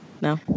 No